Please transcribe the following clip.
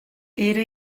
era